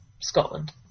Scotland